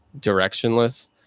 directionless